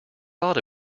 thought